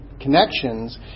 connections